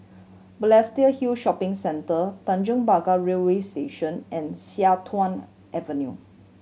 Balestier Hill Shopping Centre Tanjong Pagar Railway Station and Sian Tuan Avenue